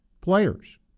players